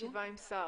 היא בישיבה עם השר.